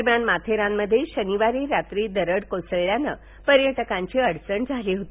दरम्यान माथेरानमध्ये शनिवारी रात्री दरड कोसळल्याने पर्यटकांची अडचण झाली होती